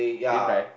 did you cry